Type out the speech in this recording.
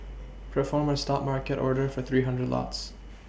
perform a stop market order for three hundred lots